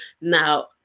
Now